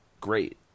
great